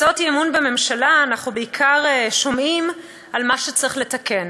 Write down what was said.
בהצעות אי-אמון בממשלה אנחנו בעיקר שומעים על מה שצריך לתקן,